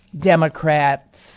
Democrats